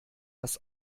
das